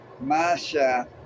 Masha